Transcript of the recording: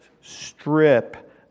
strip